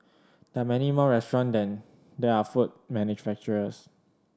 there are many more restaurant than there are food manufacturers